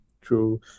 True